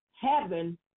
heaven